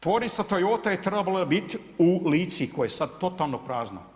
Tvornica Toyota je trebala biti u Lici koja je sada totalno prazna.